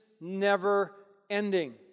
never-ending